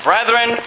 Brethren